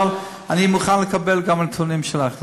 אבל אני מוכן לקבל גם את הנתונים שלך.